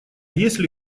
если